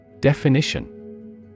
Definition